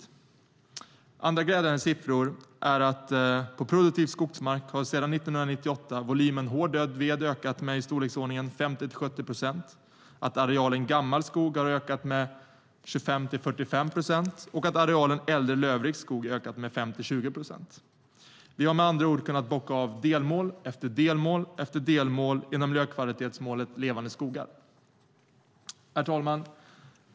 Bland andra glädjande siffror kan nämnas att på produktiv skogsmark har sedan 1998 volymen hård död ved ökat med i storleksordningen 50-70 procent, arealen gammal skog har ökat med 25-45 procent och arealen äldre lövrik skog med 5-20 procent. Vi har med andra ord kunnat bocka av delmål efter delmål inom miljökvalitetsmålet Levande skogar. Herr talman!